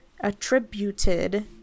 attributed